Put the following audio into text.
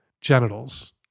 genitals